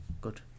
good